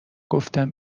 گفتم